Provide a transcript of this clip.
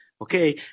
okay